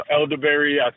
elderberry